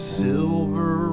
silver